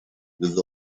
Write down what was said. with